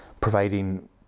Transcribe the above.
providing